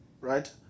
right